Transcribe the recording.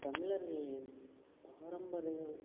தமிழர்களின் பாரம்பரியம்